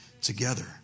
together